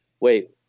Wait